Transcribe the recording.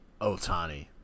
Otani